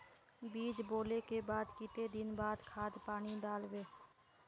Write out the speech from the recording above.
बीज बोले के बाद केते दिन बाद खाद पानी दाल वे?